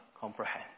comprehend